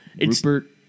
Rupert